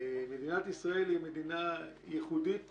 מדינת ישראל היא מדינה ייחודית